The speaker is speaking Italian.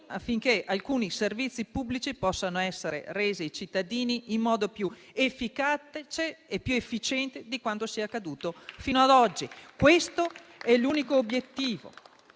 affinché alcuni servizi pubblici possano essere resi ai cittadini in modo più efficace e più efficiente di quanto non sia accaduto fino ad oggi. Questo è l'unico obiettivo.